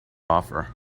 offer